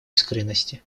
искренности